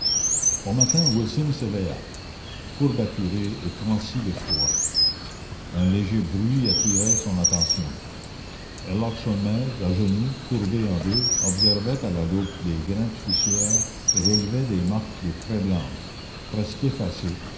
au matin wilson s'éveilla courbaturé et transi de froid un léger bruit attira son attention herlock sholmès à genoux courbé en deux observait à la loupe des grains de poussière et relevait des marques de craie blanche presque effacées